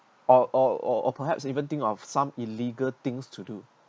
or or or or perhaps even think of some illegal things to do